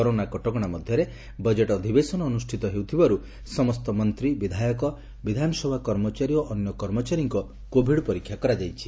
corona କଟକଶା ମଧ୍ଧରେ budget ଅଧିବେଶନ ଅନୁଷ୍ଷିତ ହେଉଥିବାରୁ ସମସ୍ତ ମନ୍ତୀ ବିଧାୟକ ବିଧାନସଭା କର୍ମଚାରୀ ଓ ଅନ୍ୟ କର୍ମଚାରୀଙ୍କ କୋଭିଡ୍ ପରୀକ୍ଷା କରାଯାଇଛି